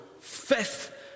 fifth